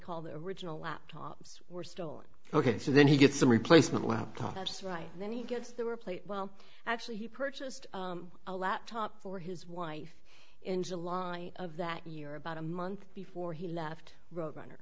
call the original laptops were stolen ok so then he gets a replacement laptop that's right then he gets there were plate well actually he purchased a laptop for his wife in july of that year about a month before he left roadrunner